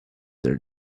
their